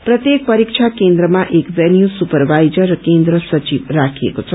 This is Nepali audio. प्रत्येक परीक्षा केन्द्रमा एक भेन्यू सुपरभीजन र केन्द्र सचिव राखिएको छ